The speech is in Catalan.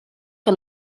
que